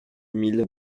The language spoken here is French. mille